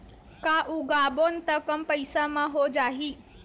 का उगाबोन त कम पईसा म हो जाही?